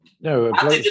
No